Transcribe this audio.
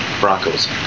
Broncos